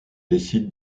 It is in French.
décide